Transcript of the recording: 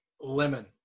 Lemon